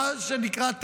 מה שנקרא.